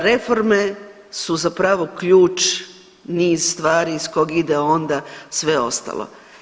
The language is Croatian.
Reforme su zapravo ključ, niz stvari iz kog ide onda sve ostalo.